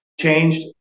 changed